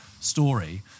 story